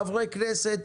חברי כנסת,